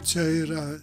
čia yra